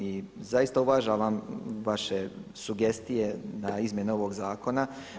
I zaista uvažavam vaše sugestije na izmjene ovog zakona.